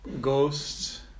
ghosts